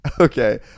Okay